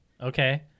Okay